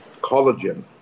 Collagen